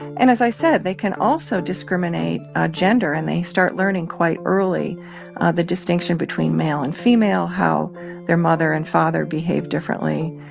and as i said, they can also discriminate ah gender. and they start learning quite early the distinction between male and female, how their mother and father behave differently.